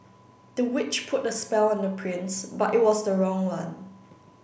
the witch put a spell on the prince but it was the wrong one